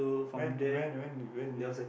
when when when when did this